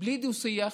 בלי דו-שיח,